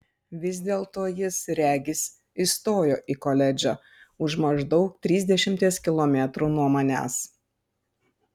vis dėlto jis regis įstojo į koledžą už maždaug trisdešimties kilometrų nuo manęs